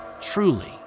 truly